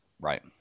Right